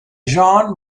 jean